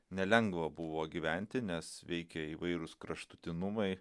nelengva buvo gyventi nes veikė įvairūs kraštutinumai